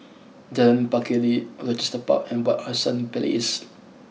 Jalan Pacheli Rochester Park and Wak Hassan Place